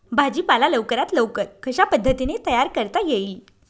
भाजी पाला लवकरात लवकर कशा पद्धतीने तयार करता येईल?